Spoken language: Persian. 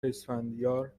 اسفندیار